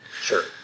Sure